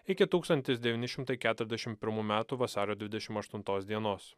iki tūkstantis devyni šimtai keturiasdešim pirmų metų vasario dvidešim aštuntos dienos